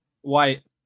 white